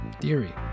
theory